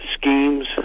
schemes